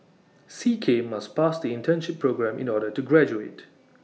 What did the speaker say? C K must pass the internship programme in order to graduate